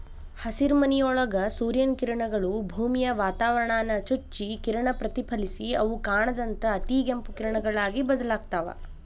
ಹಸಿರುಮನಿಯೊಳಗ ಸೂರ್ಯನ ಕಿರಣಗಳು, ಭೂಮಿಯ ವಾತಾವರಣಾನ ಚುಚ್ಚಿ ಕಿರಣ ಪ್ರತಿಫಲಿಸಿ ಅವು ಕಾಣದಂತ ಅತಿಗೆಂಪು ಕಿರಣಗಳಾಗಿ ಬದಲಾಗ್ತಾವ